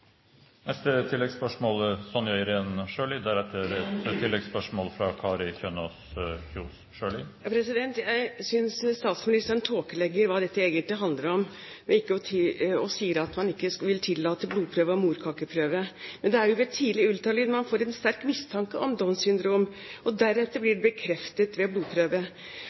Sonja Irene Sjøli – til oppfølgingsspørsmål. Jeg synes statsministeren tåkelegger hva dette egentlig handler om, og sier at man ikke vil tillate blodprøve og morkakeprøve. Det er ved tidlig ultralyd man får en sterk mistanke om Downs syndrom. Deretter blir det bekreftet ved blodprøve. Med respekt å